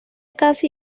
casi